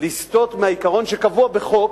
לגרום לנו לסטות מהעיקרון שקבוע בחוק,